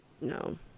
No